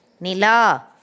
Nila